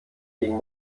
gegen